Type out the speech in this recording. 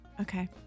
Okay